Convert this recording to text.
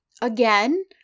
again